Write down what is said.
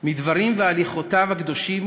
מדברים והליכותיו הקדושים